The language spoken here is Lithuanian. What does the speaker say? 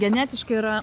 genetiškai yra